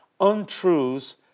untruths